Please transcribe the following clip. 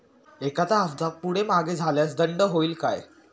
एखादा हफ्ता पुढे मागे झाल्यास दंड होईल काय?